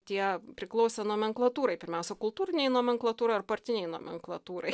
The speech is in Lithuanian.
tie priklausė nomenklatūrai pirmiausia kultūrinei nomenklatūrai ar partinei nomenklatūrai